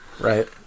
Right